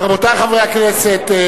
רבותי חברי הכנסת,